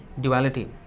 duality